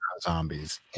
zombies